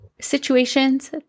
situations